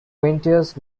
quintus